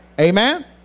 amen